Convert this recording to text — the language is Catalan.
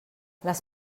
les